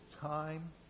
time